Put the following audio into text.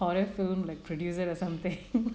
horror film like producer or something